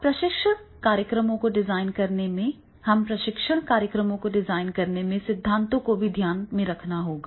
अब प्रशिक्षण कार्यक्रमों को डिजाइन करने में हमें प्रशिक्षण कार्यक्रमों को डिजाइन करने में सिद्धांतों को भी ध्यान में रखना होगा